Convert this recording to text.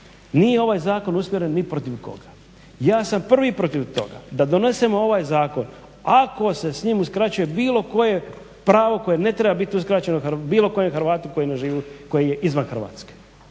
nije ovaj zakon usmjeren ni protiv koga. Ja sam prvi protiv toga da donesemo ovaj zakon ako se s njim uskraćuje bilo koje pravo koje ne treba biti uskraćeno bilo kojem Hrvatu koji ne živi, koji je izvan Hrvatske